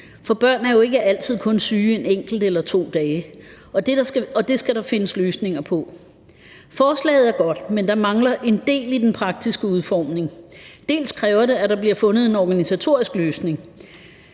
For børn er jo ikke altid kun syge en enkelt eller to dage, og det skal der findes løsninger på. Forslaget er godt, men der mangler en del i den praktiske udformning. Det kræver, at der bliver fundet en organisatorisk løsning.